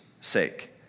sake